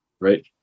right